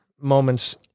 moments